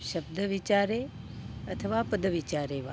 शब्दविचारे अथवा पदविचारे वा